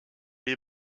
est